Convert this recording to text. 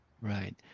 right